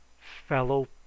Fellow